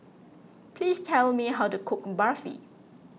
please tell me how to cook Barfi